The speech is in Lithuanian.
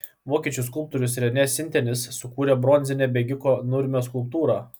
vokiečių skulptorius renė sintenis sukūrė bronzinę bėgiko nurmio skulptūrą